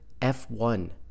F1